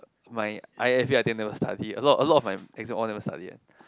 my i_f_a I think I never study a lot a lot of my exam all never study